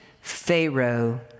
Pharaoh